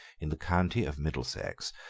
in the county of middlesex,